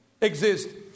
exist